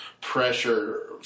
pressure